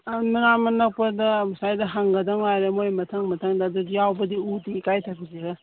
ꯑꯥ ꯃꯅꯥꯛ ꯅꯛꯄꯗ ꯑꯁꯥꯏꯗ ꯍꯪꯒꯗꯧ ꯉꯥꯏꯔꯦ ꯃꯣꯏ ꯃꯊꯪ ꯃꯊꯪꯗ ꯑꯗꯨꯗꯤ ꯌꯥꯎꯕꯗꯤ ꯎꯗꯦ ꯏꯀꯥꯏꯊꯕꯤꯗꯤ